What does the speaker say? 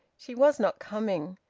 she was not coming.